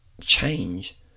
change